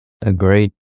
Agreed